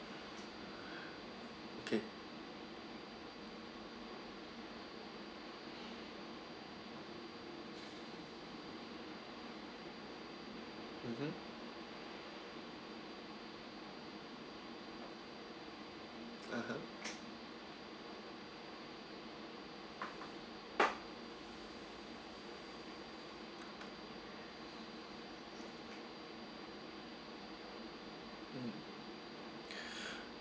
okay mmhmm mmhmm mm